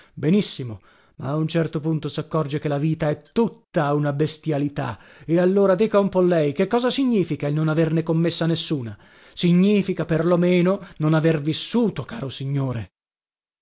ma a un certo punto saccorge che la vita è tutta una bestialità e allora dica un po lei che cosa significa il non averne commessa nessuna significa per lo meno non aver vissuto caro signore